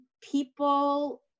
people